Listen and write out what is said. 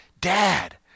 Dad